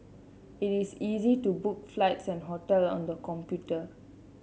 it is easy to book flights and hotel on the computer